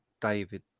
David